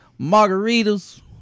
margaritas